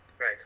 Right